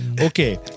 Okay